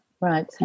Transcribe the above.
Right